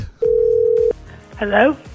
Hello